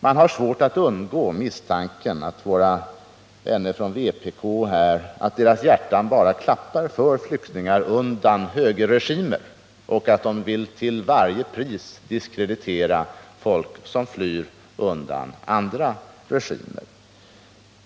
Man har svårt att undgå misstanken att våra vänners från vpk hjärtan bara klappar för flyktingar undan högerregimer och att de till varje pris vill diskreditera folk som flyr undan andra regimer.